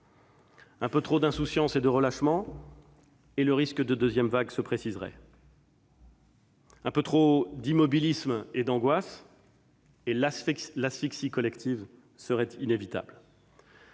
Un peu trop d'insouciance et de relâchement, et le risque d'une deuxième vague se préciserait. Un peu trop d'immobilisme et d'angoisse, et l'asphyxie collective serait inévitable.